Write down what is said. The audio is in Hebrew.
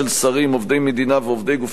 עובדי מדינה ועובדי גופים ציבוריים